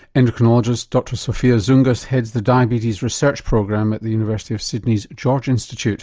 endocrinologist dr sophia zoungas heads the diabetes research program at the university of sydney's george institute.